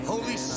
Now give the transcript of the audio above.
Holy